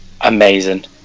Amazing